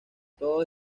todo